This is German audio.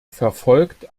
verfolgt